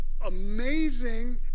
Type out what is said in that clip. amazing